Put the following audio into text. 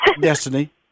Destiny